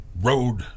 Road